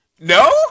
no